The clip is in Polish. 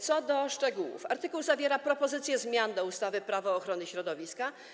Co do szczegółów artykuł zawiera propozycje zmian do ustawy Prawo ochrony środowiska.